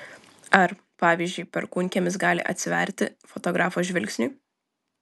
ar pavyzdžiui perkūnkiemis gali atsiverti fotografo žvilgsniui